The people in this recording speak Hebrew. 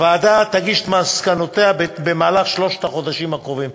הוועדה תגיש את מסקנותיה במהלך שלושת החודשים הקרובים.